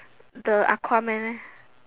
the Aquaman